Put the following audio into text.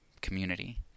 community